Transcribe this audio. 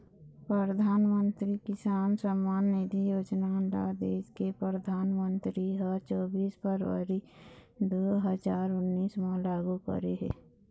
परधानमंतरी किसान सम्मान निधि योजना ल देस के परधानमंतरी ह चोबीस फरवरी दू हजार उन्नीस म लागू करे हे